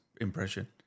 impression